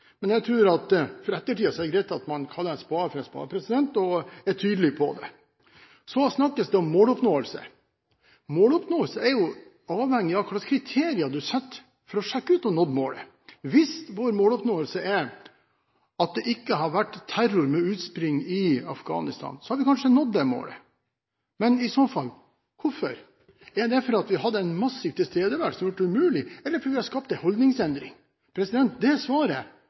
Men jeg tror at det for ettertiden er greit at man kaller en spade for en spade og er tydelig på det. Så snakkes det om måloppnåelse. Måloppnåelse er jo avhengig av hvilke kriterier du setter for å sjekke at du har nådd målet. Hvis vår måloppnåelse er at det ikke har vært terror med utspring i Afghanistan, har vi kanskje nådd det målet. Men i så fall, hvorfor? Er det fordi vi har hatt en massiv tilstedeværelse og gjort det umulig, eller fordi vi har skapt en holdningsendring? Det svaret